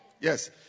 Yes